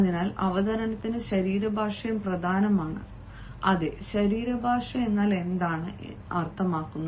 അതിനാൽ അവതരണത്തിൽ ശരീരഭാഷയും പ്രധാനമാണ് അതെ ശരീരഭാഷ എന്നാൽ എന്താണ് നമ്മൾ അർത്ഥമാക്കുന്നത്